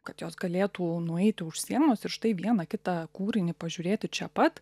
kad jos galėtų nueiti už sienos ir štai vieną kitą kūrinį pažiūrėti čia pat